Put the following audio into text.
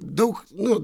daug nu